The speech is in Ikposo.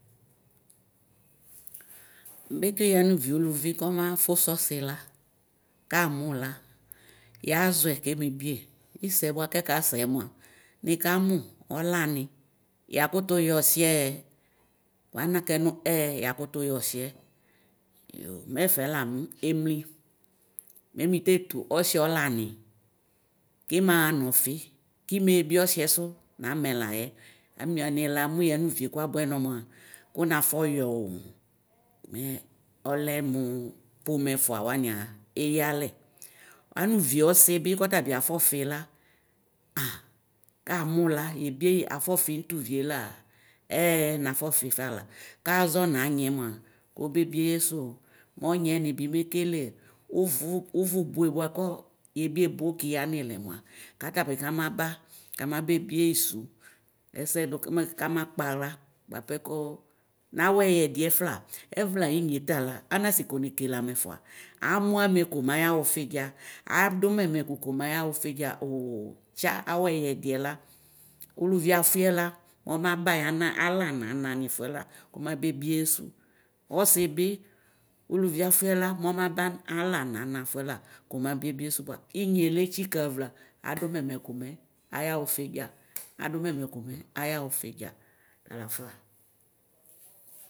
Bikʋ yanʋvi ʋlʋvi mafʋsʋ ɔsila kamʋ la yazɔɛ kebebie isɛ bʋakʋ akasɛ mʋa nikamʋ ɔlani yakutu yɔslɛ kʋana kɛ nʋɛ yakʋtʋ yɔsiɛ yo mɛ ɛfala mʋ emli mɛ mitetʋ ɔsiɛ ɔlani kimaxa nʋ ɔfi kimebie ɔsiɛ sʋ namɛ day ani anilɛ Amoy yanʋvie kʋ abʋɛnɔ mʋa kʋnafɔyɔ 'o mɛ ɔlɛ mʋ pomɛ ɛfʋa wania eyalɛ anʋvi ɔsibi kaƒɔfila a kamʋla yebieyi afɔfinʋ yʋvie la ɛɛ nafɔ fifa la kaxazɔ nanyi mva kɛbrbie yɛsoo mɛ mʋnyɛ mibi mekele ʋvʋ bo bʋakɔ yɛbi ebokʋ yanilɛ mʋa katabi kamaba kamabe bieyiso ɛsɛ dʋ kama kpavk bʋapɛ ks nawʋ ɛyɛdiɛ ƒla ɛvlayinye tala anasikɔ nekele amɛ fʋa amʋ amɛko mʋ ayaxa ʋfidza adʋma ɛmɛkʋ ko mayaxa ʋfidza otsa awʋ ɛyɛfiɛ la ʋlʋvi afʋyɛla ɔmaba yana ana nalani fʋɛla ksmabebieyɛ sʋ ɔsi bi ʋlʋvi afʋyɛ la nɛ ɔmaba ala nana fʋɛla kɔmabebissʋ bʋa inye letsika va la adʋma ɛmɛku mɛ ayaxa ʋfidza adʋma ɛmɛlʋ mɛ ayaxa ufidza talafa.